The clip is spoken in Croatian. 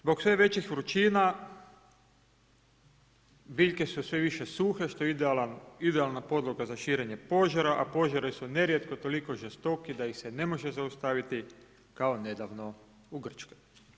Zbog sve većih vrućina biljke su sve više suhe što je idealna podloga za širenje požara, a požari su nerijetko toliko žestoki da ih se ne može zaustaviti kao nedavno u Grčkoj.